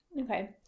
Okay